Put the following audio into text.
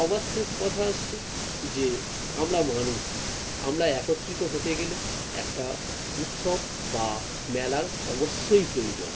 সবার শেষ কথা আসছে যে আমরা মানুষ আমরা একত্রিত হতে গেলে একটা উৎসব বা মেলার অবশ্যই প্রয়োজন